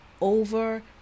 over